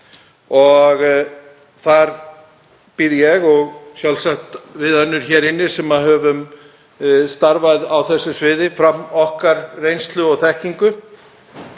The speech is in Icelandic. Þar býð ég og sjálfsagt við önnur hér inni sem höfum starfað á þessu sviði fram reynslu okkar og þekkingu.